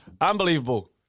Unbelievable